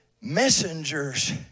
messengers